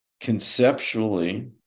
Conceptually